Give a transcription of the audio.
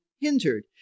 hindered